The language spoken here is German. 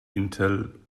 intel